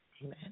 Amen